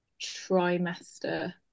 trimester